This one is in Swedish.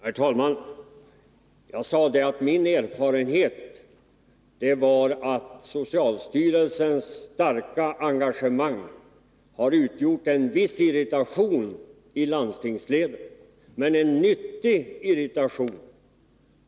Herr talman! Jag sade att min erfarenhet var att socialstyrelsens starka engagemang har utgjort en viss irritation i landstingsledet, men en nyttig irritation.